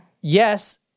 Yes